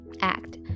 act